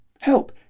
Help